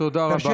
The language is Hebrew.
תודה רבה.